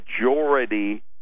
majority